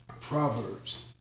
Proverbs